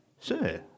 Sir